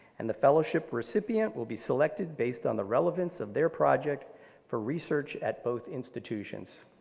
and the fellowship recipient will be selected based on the relevance of their project for research at both institutions.